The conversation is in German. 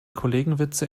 kollegenwitze